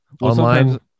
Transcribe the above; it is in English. online